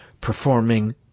performing